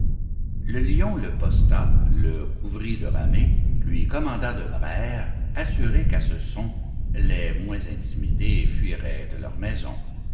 le lion le posta le couvrit de ramée lui commanda de braire assuré qu'à ce son les moins intimidés fuiraient de leur maison